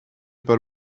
par